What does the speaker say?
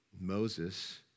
Moses